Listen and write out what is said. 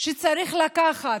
שצריך לקחת?